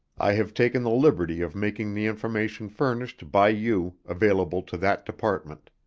i have taken the liberty of making the information furnished by you available to that department.